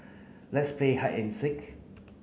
let's play hide and seek